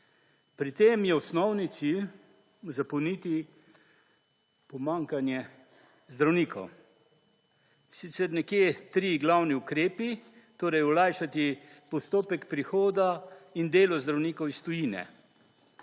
Pri tem je osnovni cilj zapolniti pomanjkanje zdravnikov. Sicer nekje tri glavni ukrepi, torej olajšati postopek prihoda in delo zdravnikov iz tujine.